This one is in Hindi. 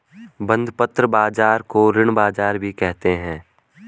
बंधपत्र बाज़ार को ऋण बाज़ार भी कहते हैं